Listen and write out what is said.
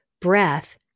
breath